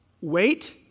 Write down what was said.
Wait